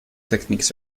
techniques